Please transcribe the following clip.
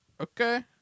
Okay